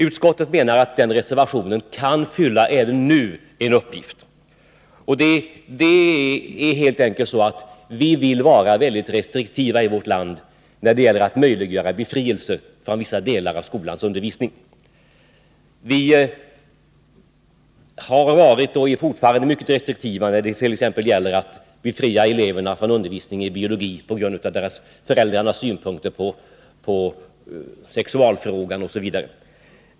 Utskottet menar att den reservationen kan fylla en uppgift även nu. Vi vill helt enkelt vara återhållsamma i vårt land när det gäller att möjliggöra befrielse från vissa delar av skolans undervisning. Vi har varit och är fortfarande mycket restriktiva när det t.ex. gäller att befria elever från undervisningen i biologi på grund av föräldrarnas synpunkter på sexualfrågan osv.